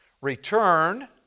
return